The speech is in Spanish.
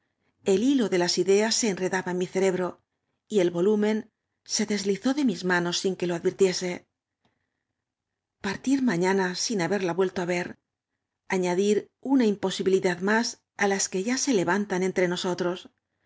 el hilo de las ideas se enredaba en mí cerebro y el volumen se deslizó de mis manos sin que lo advirtiese par tir mañana sin haberla vuelto á veri añadir una imposibilidad más á las que ya se levantaban entre nosotros